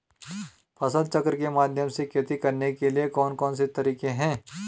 फसल चक्र के माध्यम से खेती करने के लिए कौन कौन से तरीके हैं?